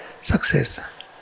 success